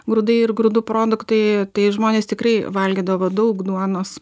grūdai ir grūdų produktai tai žmonės tikrai valgydavo daug duonos